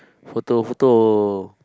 photo photo